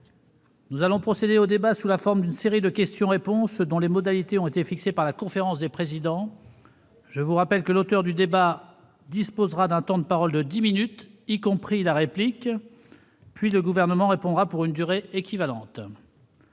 Nous allons procéder au débat sous la forme d'une série de questions-réponses dont les modalités ont été fixées par la conférence des présidents. Je vous rappelle que l'auteur du débat disposera d'un temps de parole de dix minutes, y compris la réplique, puis le Gouvernement répondra pour une durée équivalente.